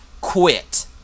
quit